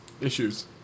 issues